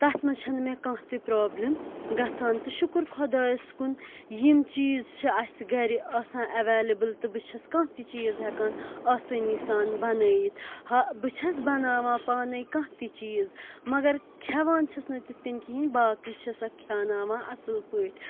تَتھ منٛز چھَنہٕ مےٚ کانٛہہ تہِ پرٛابلِم گژھان تہٕ شُکُر خۄدایَس کُن یِم چیٖز چھِ اَسہِ گَرِ آسان اٮ۪وٮ۪لیبٕل تہٕ بہٕ چھَس کانٛہہ تہِ چیٖز ہٮ۪کان آسٲنی سان بَنٲیِتھ ہا بہٕ چھَس بَناوان پانَے کانٛہہ تہِ چیٖز مگر کھٮ۪وان چھَس نہٕ تِتھ کٔنۍ کِہیٖنۍ باقٕے چھےٚ سَکھ کھیٛاناوان اَصٕل پٲٹھۍ